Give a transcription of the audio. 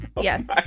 Yes